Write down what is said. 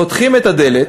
פותחים את הדלת,